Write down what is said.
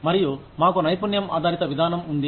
మరియు మాకు నైపుణ్యం ఆధారిత విధానం ఉంది